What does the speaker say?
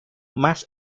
más